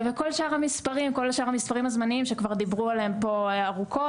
וכל שאר המספרים הזמניים שכבר דיברו עליהם פה ארוכות,